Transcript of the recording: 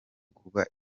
kuba